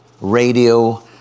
radio